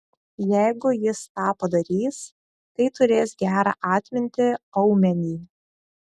jeigu jis tą padarys tai turės gerą atmintį aumenį